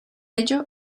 ello